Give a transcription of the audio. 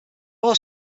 are